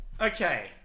Okay